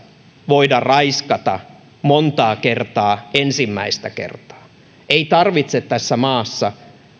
voida raiskata monta kertaa ensimmäistä kertaa ei tarvitse tässä maassa voida tappaa monta